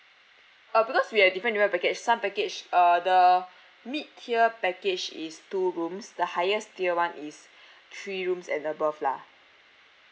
uh because we are depend your package some package uh the mid tier package is two rooms the highest tier [one] is three rooms and above lah